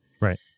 Right